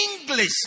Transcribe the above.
English